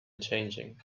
changing